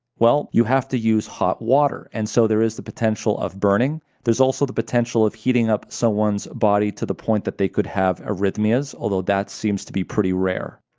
well you have to use hot water and so there is the potential of burning. there's also the potential of heating up someone's body to the point that they could have arrhythmias, although that seems to be pretty rare.